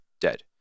dead